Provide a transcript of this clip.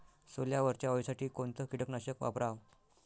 सोल्यावरच्या अळीसाठी कोनतं कीटकनाशक वापराव?